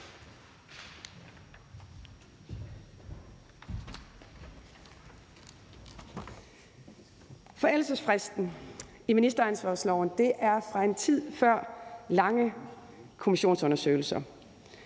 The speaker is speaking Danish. Forældelsesfristen i ministeransvarlighedsloven er fra en tid før lange kommissionsundersøgelser